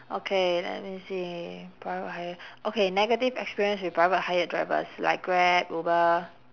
okay let me see private hire okay negative experience with private hired drivers like grab uber